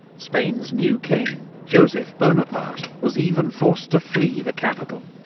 spain's new king, joseph bonaparte, was even forced to flee the capital.